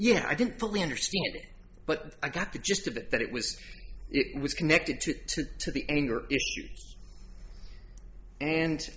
yeah i didn't fully understand it but i got the gist of it that it was it was connected to to the anger and